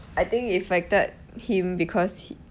I think it affected him because he